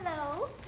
Hello